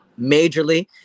Majorly